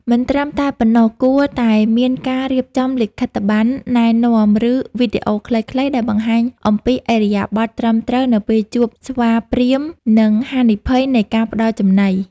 មិនត្រឹមតែប៉ុណ្ណោះ គួរតែមានការរៀបចំលិខិត្តប័ណ្ណណែនាំ ឬវីដេអូខ្លីៗដែលបង្ហាញអំពីឥរិយាបថត្រឹមត្រូវនៅពេលជួបស្វាព្រាហ្មណ៍ និងហានិភ័យនៃការផ្តល់ចំណី។